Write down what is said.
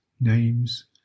names